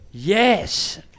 Yes